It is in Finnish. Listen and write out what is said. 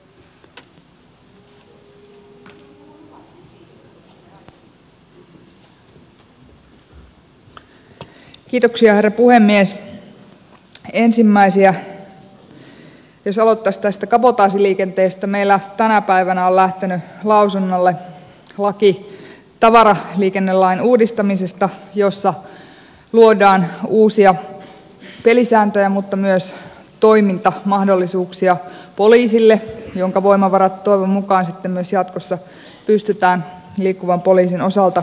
ensimmäiseksi jos aloittaisi tästä kabotaasiliikenteestä meillä tänä päivänä on lähtenyt lausunnolle laki tavaraliikennelain uudistamisesta jossa luodaan uusia pelisääntöjä mutta myös toimintamahdollisuuksia poliisille jonka voimavarat toivon mukaan sitten myös jatkossa pystytään liikkuvan poliisin osalta turvaamaan